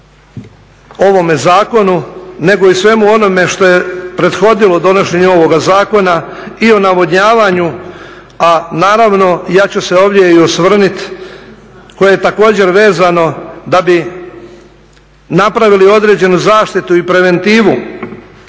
ovome zakonu nego i svemu onome što je prethodilo donošenju ovoga zakona i o navodnjavanju, a naravno ja ću se ovdje i osvrnuti koje je također vezano da bi napravili određenu zaštitu i preventivu